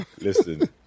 Listen